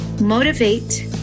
motivate